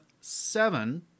seven